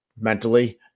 mentally